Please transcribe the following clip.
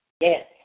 Yes